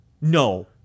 No